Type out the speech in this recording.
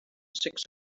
six